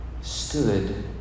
stood